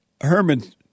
Herman